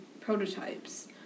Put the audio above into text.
prototypes